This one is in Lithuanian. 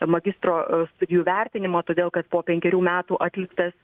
magistro studijų vertinimo todėl kad po penkerių metų atliktas